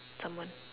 someone